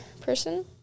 person